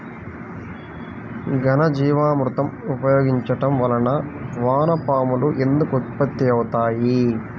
ఘనజీవామృతం ఉపయోగించటం వలన వాన పాములు ఎందుకు ఉత్పత్తి అవుతాయి?